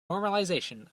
normalization